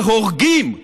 שהורגים,